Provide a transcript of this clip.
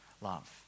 love